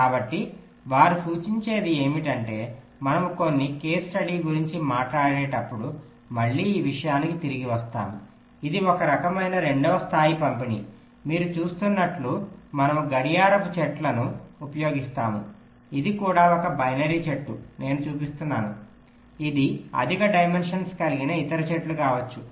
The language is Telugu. కాబట్టి వారు సూచించేది ఏమిటంటే మనము కొన్ని కేస్ స్టడీ గురించి మనట్లాడేటప్పుడు మళ్ళీ ఈ విషయానికి తిరిగి వస్తాము ఇది ఒక రకమైన 2వ స్థాయి పంపిణీ మీరు చూస్తున్నట్లు మనము గడియారపు చెట్టును ఉపయోగిస్తాము ఇది కూడా ఒక బైనరీ చెట్టు నేను చూపిస్తున్నాను ఇది అధిక డైమెన్షన్స్ కలిగిన ఇతర చెట్టు కావచ్చు